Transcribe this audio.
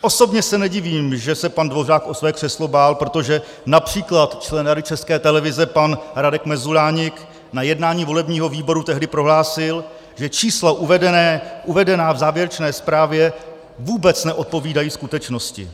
Osobně se nedivím, že se pan Dvořák o své křeslo bál, protože například člen Rady České televize pan Radek Mezuláník na jednání volebního výboru tehdy prohlásil, že čísla uvedená v závěrečné zprávě vůbec neodpovídají skutečnosti.